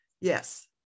Yes